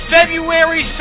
February